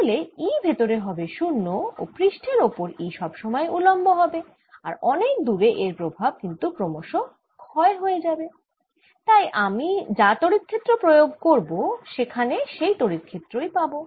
তাহলে E ভেতরে হবে 0 ও পৃষ্ঠের ওপর E সব সময়েই উলম্ব হবে আর অনেক দূরে এর প্রভাব কিন্তু ক্রমশঃ ক্ষয় হয়ে যাবে তাই আমি যা তড়িৎ ক্ষেত্র প্রয়োগ করব সেখানে সেই তড়িৎ ক্ষেত্রই পাবো